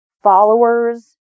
followers